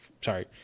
Sorry